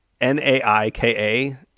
n-a-i-k-a